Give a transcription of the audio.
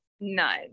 none